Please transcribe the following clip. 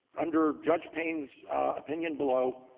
under judge payne's opinion below,